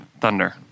Thunder